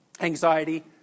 anxiety